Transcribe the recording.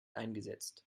eingesetzt